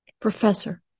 Professor